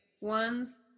ones